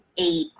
eight